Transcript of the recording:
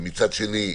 ומצד שני,